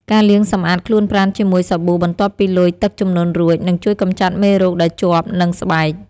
ការលាងសម្អាតខ្លួនប្រាណជាមួយសាប៊ូបន្ទាប់ពីលុយទឹកជំនន់រួចនឹងជួយកម្ចាត់មេរោគដែលជាប់នឹងស្បែក។